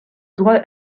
droit